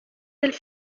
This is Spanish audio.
del